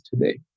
today